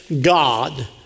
God